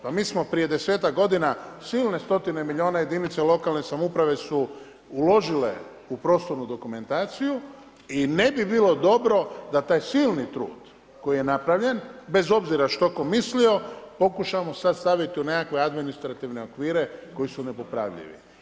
Pa mi smo prije desetak godina silne stotine i milijune jedinice lokalne samouprave su uložile u prostornu dokumentaciju i ne bi bilo dobro da taj silni trud koji je napravljen bez obzira što tko mislio, pokušamo sad staviti u nekakve administrativne okvire koji su nepopravljivi.